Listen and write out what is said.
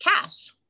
cash